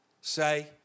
say